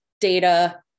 data